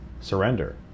Surrender